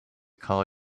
call